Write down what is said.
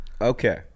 Okay